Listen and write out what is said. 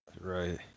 Right